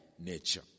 nature